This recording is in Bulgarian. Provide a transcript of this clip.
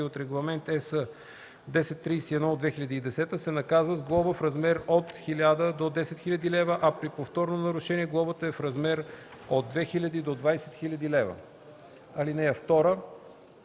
от Регламент (ЕС) № 1031/2010, се наказва с глоба в размер от 1 000 до 10 000 лева, а при повторно нарушение глобата е в размер от 2 000 до 20 000 лв.. (2) В